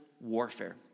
warfare